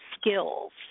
skills